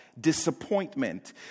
disappointment